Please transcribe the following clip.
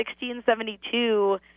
1672